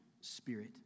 spirit